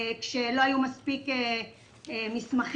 כשלא היה מספיק מסמכים,